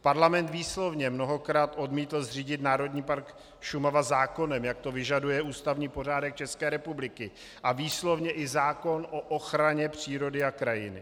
Parlament výslovně mnohokrát odmítl zřídit Národní park Šumava zákonem, jak to vyžaduje ústavní pořádek České republiky a výslovně i zákon o ochraně přírody a krajiny.